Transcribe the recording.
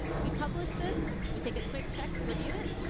we publish this, we take a quick check to review it.